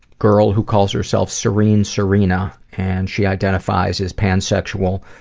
girl who calls herself serene serena, and she identifies as pansexual,